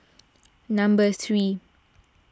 number three